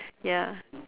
ya